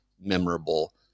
memorable